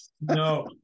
No